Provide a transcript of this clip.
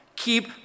Keep